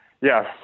yes